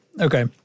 Okay